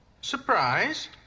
Surprise